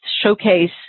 showcase